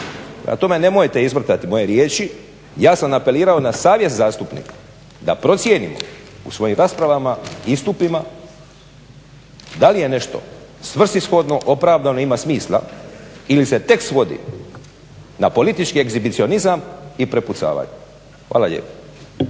tome, nemojte izvrtati moje riječi. Ja sam apelirao na savjest zastupnika da procijenimo u svojim raspravama i istupima da li je nešto svrsishodno, opravdano, ima smisla ili se tek svodi na politički egzibicionizam i prepucavanje. Hvala lijepo.